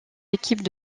équipes